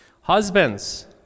Husbands